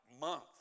Month